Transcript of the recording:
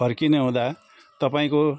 फर्किने हुँदा तपाईँको